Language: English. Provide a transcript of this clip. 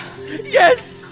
Yes